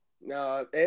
No